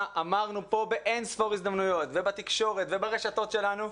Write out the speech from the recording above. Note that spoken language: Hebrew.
אמרנו פה באין ספור הזדמנויות ובתקשורת וברשתות שלנו,